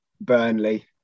Burnley